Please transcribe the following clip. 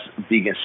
vegan